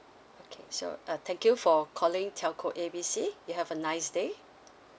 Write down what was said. okay so uh thank you for calling telco A B C you have a nice day